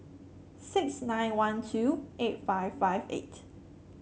six nine one two eight five five eight